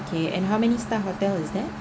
okay and how many star hotel is that